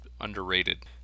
underrated